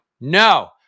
No